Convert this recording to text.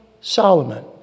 Solomon